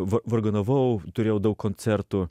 va vargonavau turėjau daug koncertų